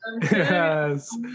Yes